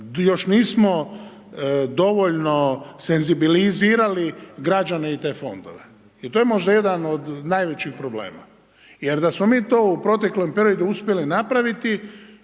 još nismo dovoljno senzibilizirali građane i te fondove. I to je možda jedan od najvećih problema. Jer da smo mi to u proteklom periodu uspjeli napraviti,